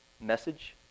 message